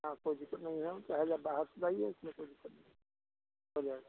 हाँ कोई दिक्कत नहीं है चाहे जब बाहर से लाइए इसमें कोई दिक्कत नहीं हो जाएगा